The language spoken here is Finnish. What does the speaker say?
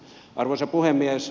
arvoisa puhemies